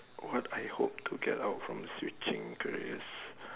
what I hope to get out from switching careers